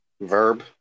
Verb